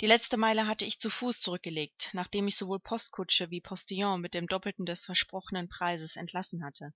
die letzte meile hatte ich zu fuß zurückgelegt nachdem ich sowohl postkutsche wie postillon mit dem doppelten des versprochenen preises entlassen hatte